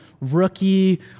rookie